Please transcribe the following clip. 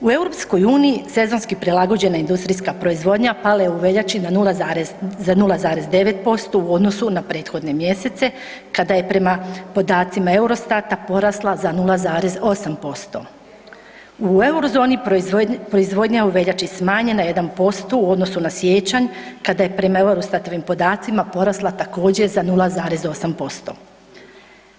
U EU sezonski prilagođena industrijska proizvodnja pala je u veljači na za 0,9% u odnosu na prethodne mjesece, kada je prema podacima EUROSTAT-a porasla za 0,8%. u Euro zoni proizvodnja u veljači je smanjena 1% u odnosu na siječanj kada je prema EUROSTAT-ovim podacima porasla također za 0,8%